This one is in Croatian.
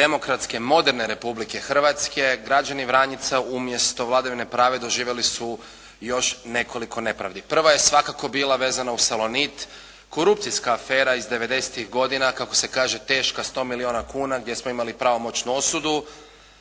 demokratske moderne Republike Hrvatske građani Vranjica umjesto vladavine prava doživjeli su još nekoliko nepravdi. Prva je svakako bila vezana uz Salonit, korupcijska afera iz devedesetih godina kako se kaže teška 100 milijuna kuna gdje smo imali pravomoćnu osudu.